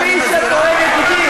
כל מי שפועל נגד,